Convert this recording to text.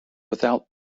without